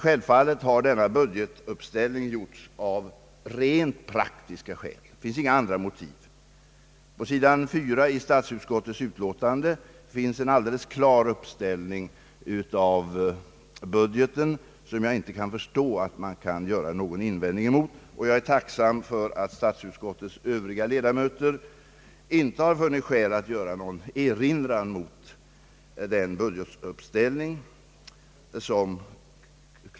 Självfallet har denna budgetuppställning gjorts av rent praktiska skäl; det finns inga andra motiv. På sidan 4 i statsutskottets utlåtande presenteras en alldeles klar uppställning av budgeten, och jag förstår inte att man kan göra någon invändning mot den. Jag är tacksam för att statsutskottets övriga ledamöter inte funnit skäl att rikta någon erinran mot denna budgetuppställning.